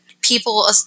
people